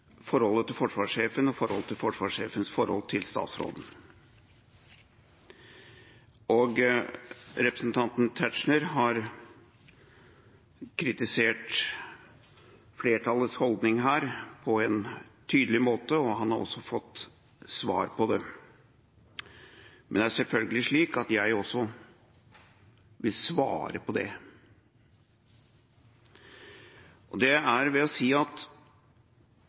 forholdet til forsvarssjefen og forsvarssjefens forhold til statsråden. Representanten Tetzschner har her kritisert flertallets holdning på en tydelig måte, og han har også fått svar på det. Men jeg vil selvfølgelig også svare på det. Jeg sier bare formelt at hele forarbeidet til kontrollkomiteens utøvelse av sin funksjon, slik som den er